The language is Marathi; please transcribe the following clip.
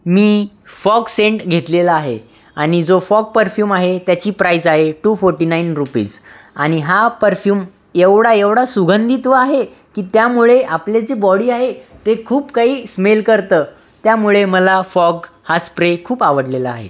मी फॉग सेंट घेतलेला आहे आणि जो फॉग परफ्यूम आहे त्याची प्राइज आहे टू फोर्टी नाइन रुपीज आणि हा परफ्यूम एवढा एवढा सुगंधीत्व आहे की त्यामुळे आपले जे बॉडी आहे ते खूप काही स्मेल करतं त्यामुळे मला फॉग हा स्प्रे खूप आवडलेलं आहे